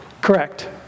correct